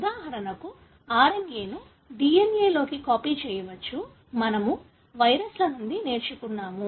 ఉదాహరణకు RNA ను DNA లోకి కాపీ చేయవచ్చు మనము వైరస్ల నుండి నేర్చుకున్నాము